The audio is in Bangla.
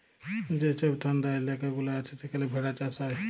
যে ছব ঠাল্ডা ইলাকা গুলা আছে সেখালে ভেড়া চাষ হ্যয়